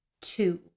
two